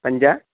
पञ्च